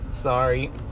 Sorry